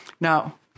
Now